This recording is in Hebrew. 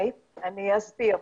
אני אסביר.